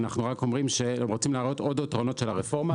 אנחנו רק אומרים שרוצים להראות עוד יתרונות של הרפורמה.